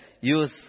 use